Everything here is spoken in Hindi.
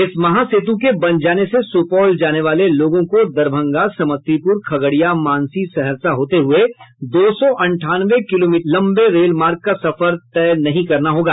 इस महासेतु के बन जाने से सुपौल जाने वाले लोगों को दरभंगा समस्तीपुर खगड़िया मानसी सहरसा होते हुए दो सौ अंठानवे किलोमीटर लंबे रेल मार्ग का सफर तय नहीं करना होगा